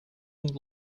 not